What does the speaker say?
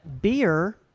beer